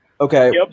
Okay